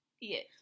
Yes